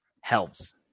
helps